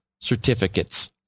certificates